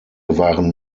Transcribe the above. waren